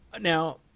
Now